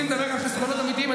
התמיכה של ארצות הברית זה 1%,